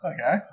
okay